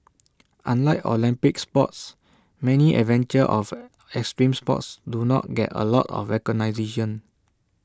unlike Olympic sports many adventure or extreme sports do not get A lot of recognition